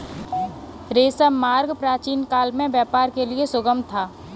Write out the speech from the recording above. रेशम मार्ग प्राचीनकाल में व्यापार के लिए सुगम था